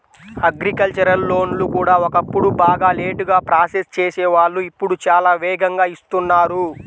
agricultural లోన్లు కూడా ఒకప్పుడు బాగా లేటుగా ప్రాసెస్ చేసేవాళ్ళు ఇప్పుడు చాలా వేగంగా ఇస్తున్నారు